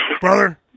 brother